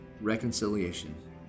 reconciliation